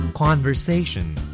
Conversation